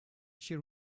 she